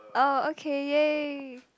oh okay !yay!